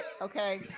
okay